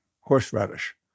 horseradish